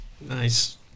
Nice